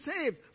saved